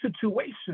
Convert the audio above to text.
situation